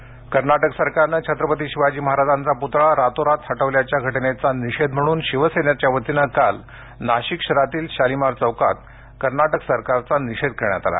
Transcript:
शिवाजी पतळा कर्नाटक सरकारने छत्रपती शिवाजी महाराजांचा पुतळा रातोरात हटविल्याच्या घटनेचा निषेध म्हणून शिवसेनेच्या वतीने काल नाशिक शहरातील शालिमार चौकात कर्नाटक सरकारचा निषेध करण्यात आला